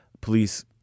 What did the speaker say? police